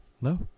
No